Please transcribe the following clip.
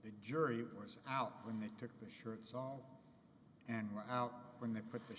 the jury was out when they took the shirt song and were out when they put the